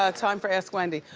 ah time for ask wendy.